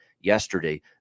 yesterday